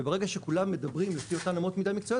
וברגע שכולם מדברים לפי אותן אמות מידה מקצועיות